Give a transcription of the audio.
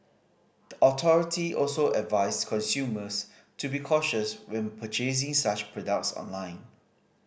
the authority also advised consumers to be cautious when purchasing such products online